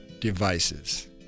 devices